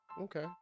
Okay